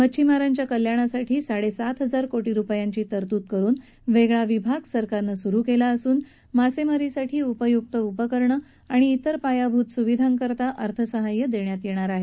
मछिमारांच्या कल्याणासाठी साडेसात हजार कोटी रुपयांची तरतूद करुन वेगळा विभाग सरकारनं सुरु केला असून मासेमारीसाठी उपयुक्त उपकरणं आणि इतर पायाभूत सुविधांकरता अर्थसहाय्य देण्यात येणार आहे